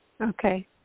Okay